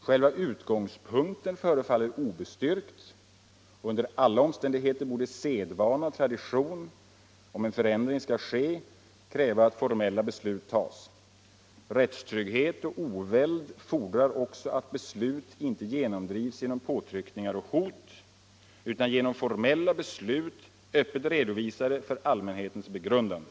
Själva utgångspunkten förefaller obestyrkt, och under alla omständigheter borde sedvana och tradition, om en förändring skall ske, kräva att formella beslut tas. Rättstrygghet och oväld fordrar också att beslut inte genomdrivs genom påtryckningar och hot utan genom formella beslut, öppet redovisade för allmänhetens be grundande.